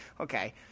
okay